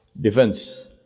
defense